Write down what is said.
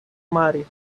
mare